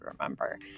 remember